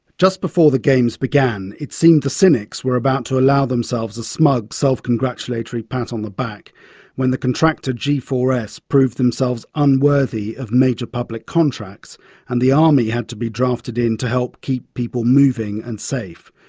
just before the games began it seemed the cynics were about to allow themselves a smug self-congratulatory pat on the back when the contractor g four s proved themselves unworthy of major public contracts and the army had to be drafted in to help keep people moving and safe.